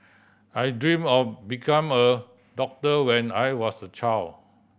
I dream of becoming a doctor when I was a child